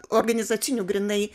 organizacinių grynai